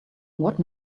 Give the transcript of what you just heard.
what